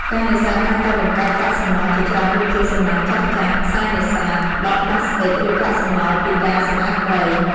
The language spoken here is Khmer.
ការនេសាទតែងតែបង្កើតកាកសំណល់ជាច្រើនដូចជា សំណាញ់ចាស់ៗ ខ្សែនេសាទ ដបប្លាស្ទិក ឬកាកសំណល់ពីការសម្អាតត្រី។